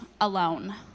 alone